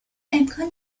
امکان